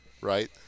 right